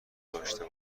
داشته